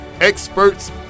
experts